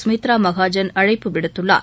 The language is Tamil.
சுமித்ரா மகாஜன் அழைப்பு விடுத்துள்ளார்